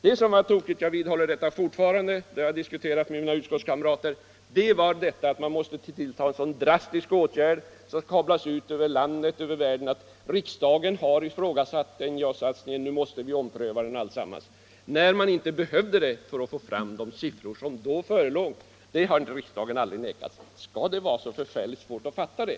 Det som var tokigt — jag vidhåller det fortfarande och jag har diskuterat det med mina utskottskamrater — var att man måste tillgripa en så drastisk åtgärd och att det skulle kablas ut över landet och över världen att riksdagen har ifrågasatt NJA-satsningen och att vi måste ompröva alltsammans, när man inte behövde det för att få fram de siffror som då förelåg. Det har riksdagen aldrig nekats. Skall det vara så förfärligt svårt att fatta det?